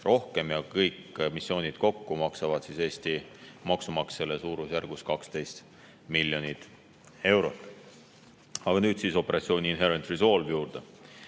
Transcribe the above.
rohkem. Kõik missioonid kokku maksavad Eesti maksumaksjale suurusjärgus 12 miljonit eurot. Aga nüüd siis operatsiooni Inherent Resolve juurde.